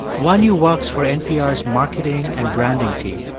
wanyu works for npr's marketing and branding team.